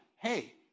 hey